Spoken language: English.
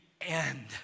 end